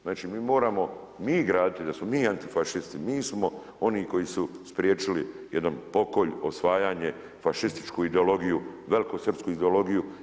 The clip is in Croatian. Znači mi moramo, mi graditi da smo mi antifašisti, mi smo oni koji su spriječili jedan pokolj, osvajanje, fašističku ideologiju, velikosrpsku ideologiju.